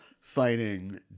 fighting